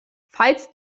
falls